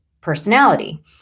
personality